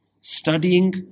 studying